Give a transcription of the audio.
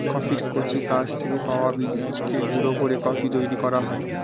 কফির কচি গাছ থেকে পাওয়া বীজকে গুঁড়ো করে কফি তৈরি করা হয়